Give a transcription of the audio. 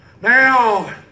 Now